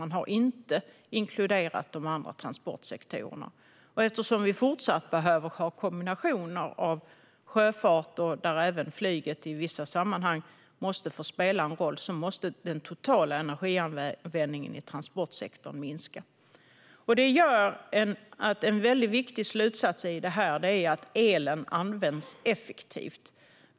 Man har inte inkluderat de andra transportsektorerna. Eftersom vi fortsatt behöver ha en kombination av sjöfart och annat - även flyget måste i vissa sammanhang få spela en roll - måste den totala energianvändningen i transportsektorn minska. Det gör att en viktig slutsats är att elen ska användas effektiv.